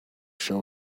show